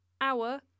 hour